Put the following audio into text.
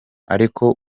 ariko